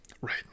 Right